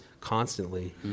constantly